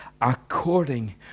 according